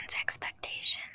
expectations